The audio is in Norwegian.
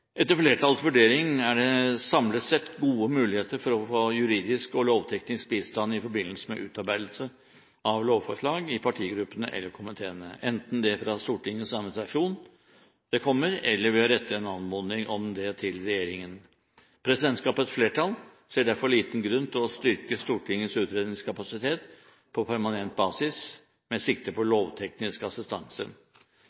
Etter flertallets vurdering er det samlet sett gode muligheter for å få juridisk og lovteknisk bistand i forbindelse med utarbeidelse av lovforslag i partigruppene eller komiteene, enten i Stortingets administrasjon eller ved å rette en anmodning om det til regjeringen. Presidentskapets flertall ser derfor liten grunn til å styrke Stortingets utredningskapasitet på permanent basis med sikte på